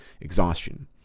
exhaustion